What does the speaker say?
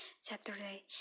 Saturday